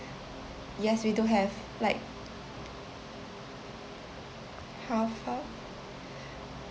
yes we do have like truffle